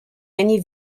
many